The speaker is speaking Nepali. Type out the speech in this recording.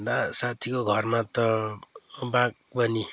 दार साथीको घरमा त बागवानी